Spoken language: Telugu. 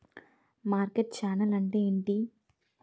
మార్కెట్ ఛానల్ అంటే ఏంటి?